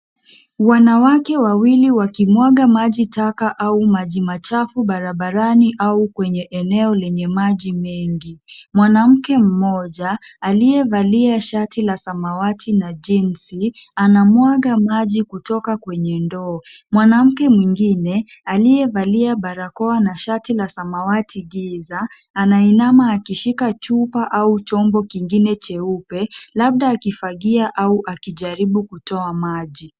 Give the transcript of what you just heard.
Wanawake wawili wakimwaga maji taka au maji machafu barabarani au kwenye eneo lenye maji mengi. Mwanamke mmoja aliyevalia shati la samawati na jinsi, anamwaga maji kutoka kwenye ndoo. Mwanamke mwingine aliyevalia barakoa na shati la samawati giza, anainama akishika chupa au chombo kingine cheupe labda akifagia au akijaribu kutoa maji.